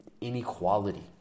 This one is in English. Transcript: inequality